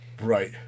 Right